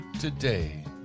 today